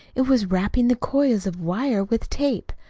it was wrapping the coils of wire with tape.